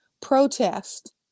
protest